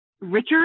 Richard